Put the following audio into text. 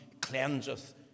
cleanseth